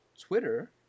twitter